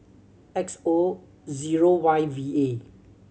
X O zero Y V A